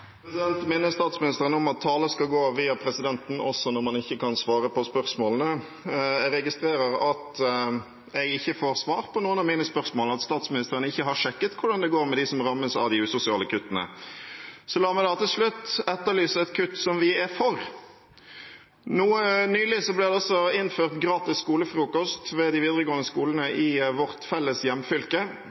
statsministeren om at talen skal gå via presidenten også når man ikke kan svare på spørsmålene. Jeg registrerer at jeg ikke får svar på noen av mine spørsmål, og at statsministeren ikke har sjekket hvordan det går med dem som rammes av de usosiale kuttene. La meg da til slutt etterlyse et kutt som vi er for. Nylig ble det innført gratis skolefrokost ved de videregående skolene i vårt felles hjemfylke.